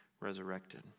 resurrected